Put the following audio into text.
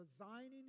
resigning